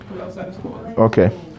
Okay